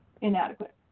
inadequate